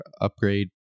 upgrade